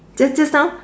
just just now